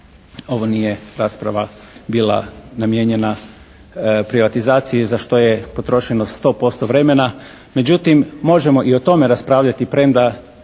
ovo nije rasprava bila namijenjena privatizaciji za što je potrošeno 100% vremena. Međutim možemo i o tome raspravljati, premda